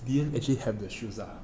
didn't actually have the shoes lah